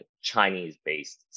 Chinese-based